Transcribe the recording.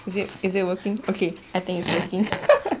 is it is it working okay I think it's working